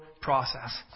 process